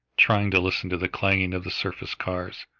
trying to listen to the clanging of the surface cars,